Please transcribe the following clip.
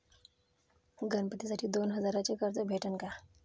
गणपतीसाठी दोन हजाराचे कर्ज भेटन का?